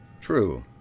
True